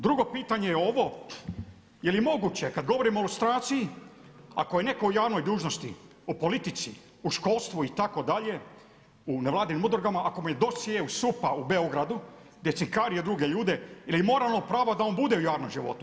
Drugo pitanje je ovo, je li moguće kad govorimo o lustraciji, ako je netko u javnoj dužnosti, o politici, u školstvu itd., u nevladinim udrugama, ako mu je dosjei u SUP-u u Beogradu gdje je cinkario druge ljude, jel' je moralno pravo da on bude u javnom životu?